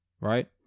right